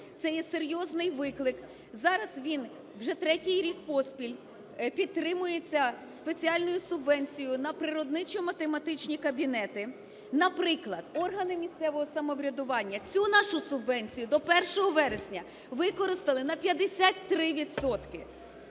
Це є серйозний виклик, зараз він вже третій рік поспіль підтримується спеціальною субвенцією на природничо-математичні кабінети. Наприклад, органи місцевого самоврядування цю нашу субвенцію до 1 вересня використали на 53